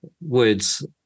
words